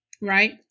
right